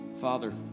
Father